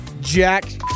Jack